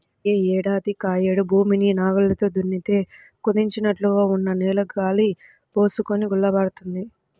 యే ఏడాదికాయేడు భూమిని నాగల్లతో దున్నితే కుదించినట్లుగా ఉన్న నేల గాలి బోసుకొని గుల్లబారుతుంది